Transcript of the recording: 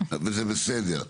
וזה בסדר.